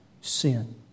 sin